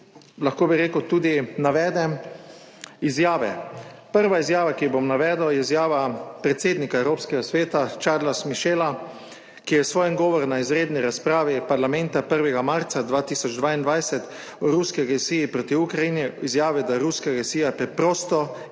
lahko bi rekel, tudi navedem izjave. Prva izjava, ki jo bom navedel, je izjava predsednika Evropskega sveta Charles Michela, ki je v svojem govoru na izredni razpravi parlamenta 1. marca 2022 o ruski agresiji proti Ukrajini izjavil, da je ruska agresija preprosto in jasno